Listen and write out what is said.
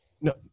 no